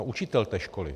No učitel té školy!